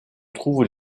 trouvent